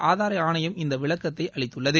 ஆதார் ஆணையம் இந்த விளக்கத்தை அளித்துள்ளது